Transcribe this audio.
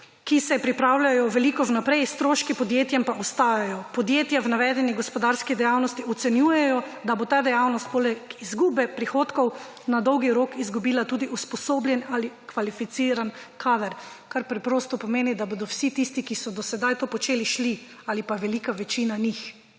ki se pripravljajo veliko vnaprej, stroški podjetjem pa ostajajo. Podjetja v navedeni gospodarski dejavnosti ocenjujejo, da bo ta dejavnost poleg izgube prihodkov na dolgi rok izgubila tudi usposobljen ali kvalificiran kader, kar preprosto pomeni, da bodo vsi tisti, ki so do sedaj to počeli, šli ali pa velika večina njih.